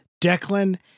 Declan